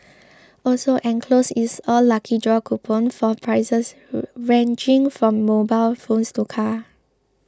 also enclosed is a lucky draw coupon for prizes ranging from mobile phones to cars